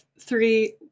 three